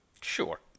Sure